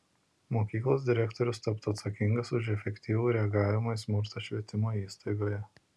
mokyklos direktorius taptų atsakingas už efektyvų reagavimą į smurtą švietimo įstaigoje